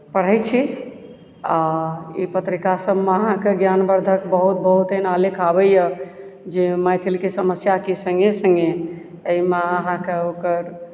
पढ़ैत छी आओर ई पत्रिकासभमे अहाँके ज्ञानवर्धक बहुत बहुत एहन आलेख आबैए जे मैथिलके समस्याके सङ्गे सङ्गे एहिमे अहाँके ओकर